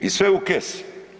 I sve u kesi.